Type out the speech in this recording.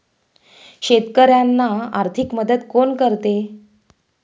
शेतकऱ्यांना आर्थिक मदत कोण करते?